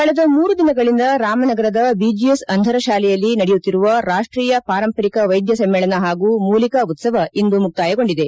ಕಳೆದ ಮೂರು ದಿನಗಳಿಂದ ರಾಮನಗರದ ಬಿಜಿಎಸ್ ಅಂಧರ ಶಾಲೆಯಲ್ಲಿ ನಡೆಯುತ್ತಿರುವ ರಾಷ್ಟೀಯ ಪಾರಂಪರಿಕ ವೈದ್ಯ ಸಮ್ಮೇಳನ ಹಾಗೂ ಮೂಲಿಕಾ ಉತ್ಸವ ಇಂದು ಮುಕ್ತಾಯಗೊಂಡಿದೆ